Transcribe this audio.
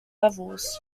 levels